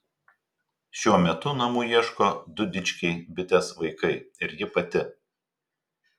šiuo metu namų ieško du dičkiai bitės vaikai ir ji pati